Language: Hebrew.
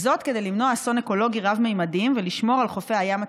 בלי התראה באה הממשלה, באה המשטרה,